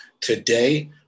Today